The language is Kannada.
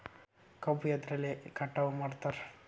ಕಬ್ಬು ಎದ್ರಲೆ ಕಟಾವು ಮಾಡ್ತಾರ್?